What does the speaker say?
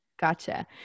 Gotcha